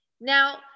Now